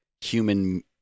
human